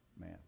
Man